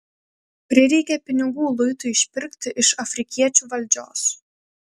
prireikė pinigų luitui išpirkti iš afrikiečių valdžios